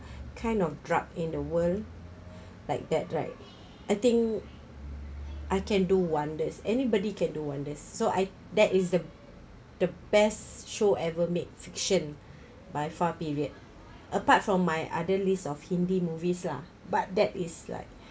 kind of drug in the world like that right I think I can do wonders anybody can do wonders so I that is the the best show ever made fiction by far period apart from my other list of hindi movies lah but that is like